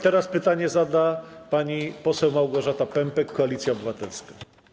Teraz pytanie zada pani poseł Małgorzata Pępek, Koalicja Obywatelska.